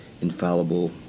infallible